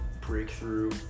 breakthrough